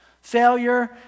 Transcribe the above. Failure